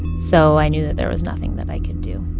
so i knew that there was nothing that i could do